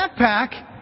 backpack